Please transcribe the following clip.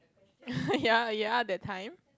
ya ya that time